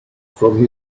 from